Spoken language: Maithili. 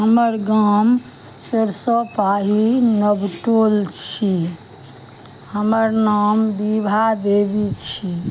हमर गाम सरिसो पाही नवटोल छी हमर नाम विभा देवी छी